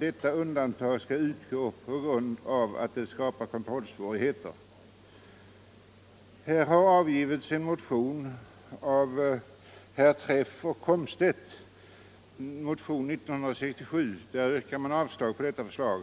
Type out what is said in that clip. detta undantag skall utgå på grund av att det skapar kontrollsvårigheter. Herrar Träff och Komstedt har i en motion, nr 1967, yrkat avslag på detta förslag.